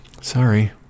Sorry